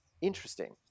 Interesting